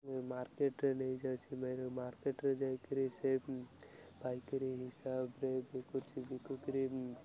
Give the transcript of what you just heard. ମାର୍କେଟରେ ନେଇ ଯାଉଛି ମାର୍କେଟରେ ଯାଇକରି ସେ ପାଇକରି ହିସାବରେ ବିଛି ବିକି କରି